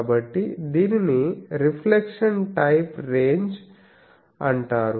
కాబట్టి దీనిని reflection type range అంటారు